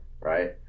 Right